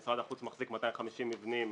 משרד החוץ מחזיק 250 מבנים,